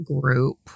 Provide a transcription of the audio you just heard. group